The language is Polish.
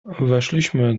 weszliśmy